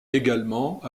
également